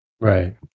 Right